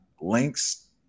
links